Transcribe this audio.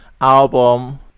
album